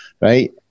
right